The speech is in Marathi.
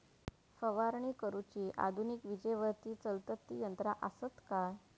फवारणी करुची आधुनिक विजेवरती चलतत ती यंत्रा आसत काय?